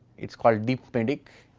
it is called deep medic